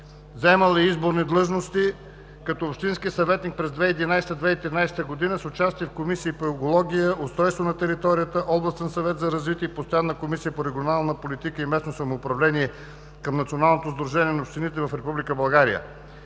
Заемал е изборни длъжности, като: общински съветник през 2011 – 2013 г. с участие в комисии по: Екология; Устройство на територията; Областен съвет за развитие; постоянна Комисията по регионална политика и местно самоуправление към Националното сдружение на общините в